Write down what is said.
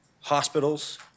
hospitals